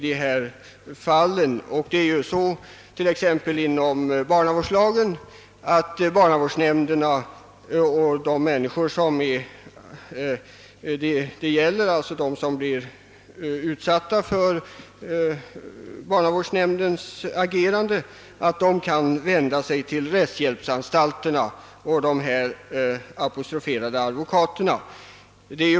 Det sker ju så t.ex. enligt barnavårdslagen att barnavårdsnämnderna och de människor det gäller, alltså de som är utsatta för barnavårdsnämnds agerande, kan vända sig till rättshjälpsanstalterna och nyssnämnda advokater.